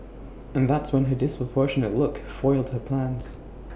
and that's when her disproportionate look foiled her plans